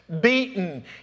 beaten